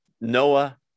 Noah